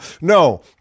No